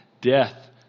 death